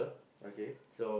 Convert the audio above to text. okay